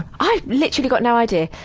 i've literally got no idea.